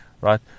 right